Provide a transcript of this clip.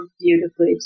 beautifully